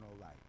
life